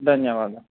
ధన్యవాదాలు